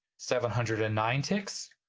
seven hundred and nine ticks.